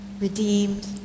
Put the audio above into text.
redeemed